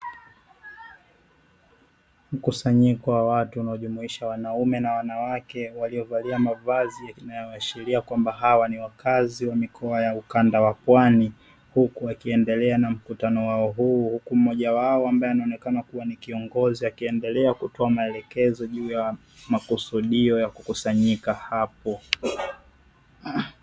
Mkusanyiko wa watu unaojumuisha wanaume na wanawake waliovalia mavazi yanayoashiria kwamba hawa ni wakazi wa mikoa ya ukanda wa pwani huku wakiendelea na mkutano wao huu huku mmoja wao ambaye anaonekana kuwa ni kiongozi akiendelea kutoa maelekezo juu ya makusudio ya kukusanyika hapo.